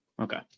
Okay